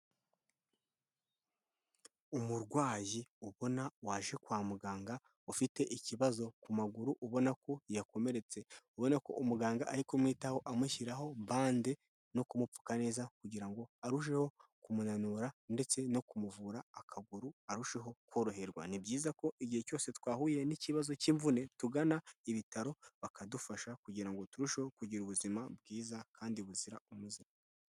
Umurwayi ubona waje kwa muganga, ufite ikibazo ku maguru. Ubona ko yakomeretse, ubona ko umuganga ari kumwitaho, amushyiraho bande no kumupfuka neza. Kugirango ngo arusheho kumunanura ndetse no kumuvura akaguru arusheho koroherwa. Ni byiza ko igihe cyose twahuye n'ikibazo cy'imvune tugana ibitaro bakadufasha kugira ngo turusheho kugira ubuzima bwiza kandi buzira umuze.